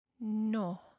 no